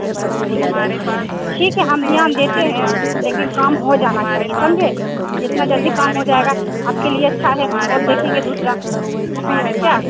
देखिए ठीक है हम ध्यान देते हैं लेकिन काम हो जाना चाहिए समझे जितना जल्दी काम हो जाएगा आपके लिए अच्छा है और देखेंगे दूसरा क्या